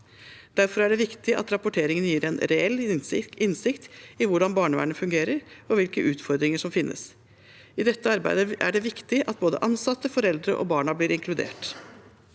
Derfor er det viktig at rapporteringen gir en reell innsikt i hvordan barnevernet fungerer, og hvilke utfordringer som finnes. I dette arbeidet er det viktig at både ansatte, foreldre og barna blir inkludert.